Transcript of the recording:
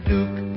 Duke